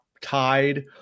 tied